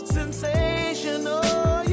sensational